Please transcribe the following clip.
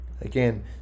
Again